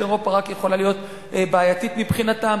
אירופה רק יכולה להיות בעייתית מבחינתם.